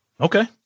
okay